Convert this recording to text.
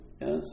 Yes